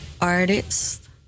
artist